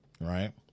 right